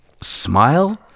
smile